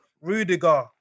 Rudiger